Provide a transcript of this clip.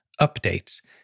updates